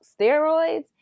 steroids